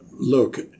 Look